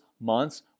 months